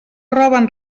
roben